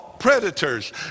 Predators